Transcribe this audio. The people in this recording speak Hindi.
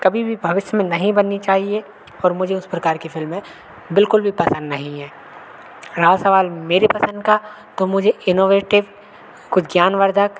कभी भी भविष्य में नहीं बननी चाहिए और मुझे उस प्रकार की फ़िल्में बिल्कुल भी पसंद नहीं हैं रहा सवाल मेरे पसंद का तो मुझे इनोवेटिव कुछ ज्ञानवर्धक